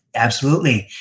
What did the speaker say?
absolutely.